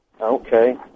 Okay